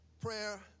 prayer